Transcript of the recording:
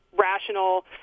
rational